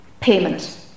payment